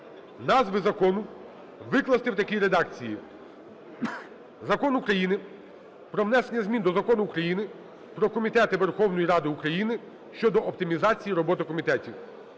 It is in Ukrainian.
Назву закону викласти в такій редакції: "Закон України про внесення змін до Закону України "Про комітети Верховної Ради України" щодо оптимізації роботи комітетів.